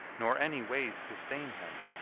nor any way sustain him.